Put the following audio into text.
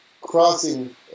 crossing